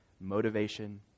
Motivation